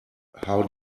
how